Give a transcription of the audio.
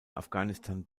afghanistan